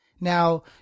Now